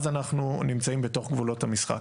אז אנחנו נמצאים בתוך גבולות המשחק.